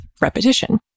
repetition